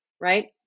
right